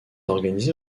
organisé